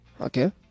Okay